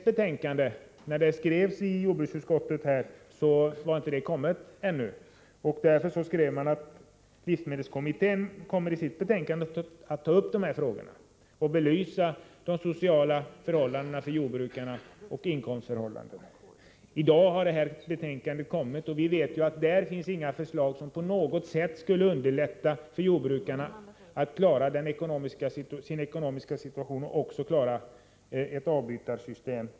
betänkande ännu inte kommit. Därför skrev man att livsmedelskommittén i sitt betänkande skulle komma att ta upp dessa frågor och belysa jordbrukarnas sociala förhållanden och inkomstförhållanden. I dag har detta betänkande kommit, och vi vet att det där inte finns några förslag som på något sätt skulle underlätta för jordbrukarna att klara sin ekonomiska situation eller att klara ett avbytarsystem.